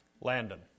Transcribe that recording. Landon